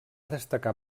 destacar